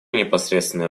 непосредственное